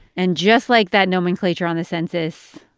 and just like that nomenclature on the census,